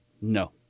No